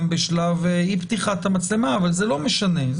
בשלב אי פתיחת המצלמה אבל זה לא משנה,